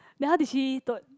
then how did she told